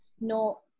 no